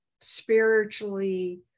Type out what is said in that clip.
spiritually